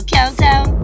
Countdown